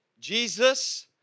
Jesus